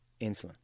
insulin